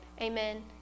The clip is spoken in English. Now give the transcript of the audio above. Amen